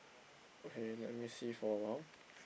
okay let me see for a while